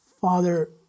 Father